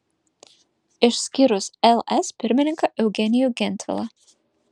išskyrus ls pirmininką eugenijų gentvilą